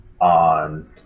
on